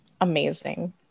amazing